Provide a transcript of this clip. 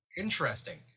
interesting